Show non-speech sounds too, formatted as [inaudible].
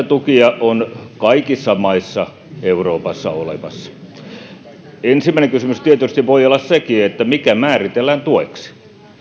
[unintelligible] tukia on kaikissa maissa euroopassa ensimmäinen kysymys tietysti voi olla sekin mikä määritellään tueksi